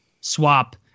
swap